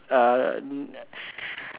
uh mm